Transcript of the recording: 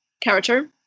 character